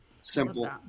simple